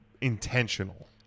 intentional